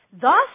Thus